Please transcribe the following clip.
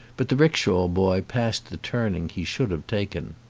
but the rickshaw boy passed the turning he should have taken.